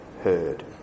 heard